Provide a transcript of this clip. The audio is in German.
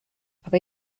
aber